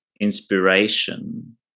inspiration